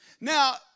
Now